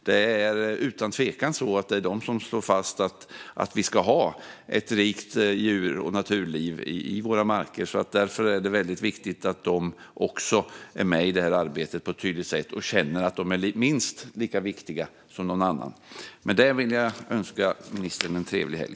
Det är utan tvivel så att det är de som slår fast att vi ska ha ett rikt djur och naturliv i våra marker. Därför är det väldigt viktigt att de är med i det här arbetet på ett tydligt sätt och känner att de är minst lika viktiga som någon annan. Med det vill jag önska ministern en trevlig helg.